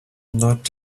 not